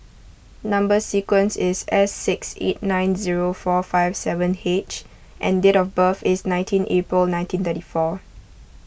Number Sequence is S six eight nine zero four five seven H and date of birth is nineteen April nineteen thirty four